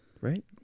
Right